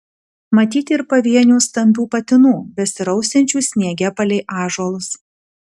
matyti ir pavienių stambių patinų besirausiančių sniege palei ąžuolus